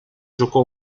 giocò